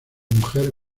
mujer